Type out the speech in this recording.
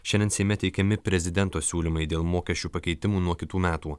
šiandien seime teikiami prezidento siūlymai dėl mokesčių pakeitimų nuo kitų metų